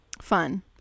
Fun